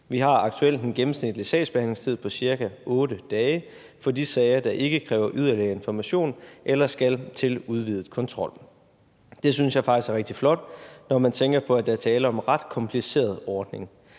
Vi har aktuelt en gennemsnitlig sagsbehandlingstid på ca. 8 dage for de sager, der ikke kræver yderligere information eller skal til udvidet kontrol. Det synes jeg faktisk er rigtig flot, når man tænker på, at der er tale om en ret kompliceret ordning.